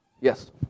Yes